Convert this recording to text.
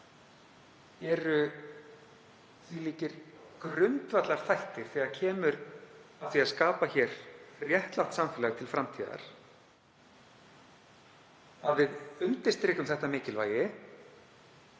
eru þvílíkir grundvallarþættir þegar kemur að því að skapa hér réttlátt samfélag til framtíðar, að við undirstrikum þetta mikilvægi